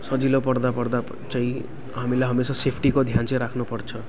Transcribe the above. सजिलो पर्दा पर्दा चाहिँ हामीले हमेसा सेफ्टीको ध्यान चाहिँ राख्नुपर्छ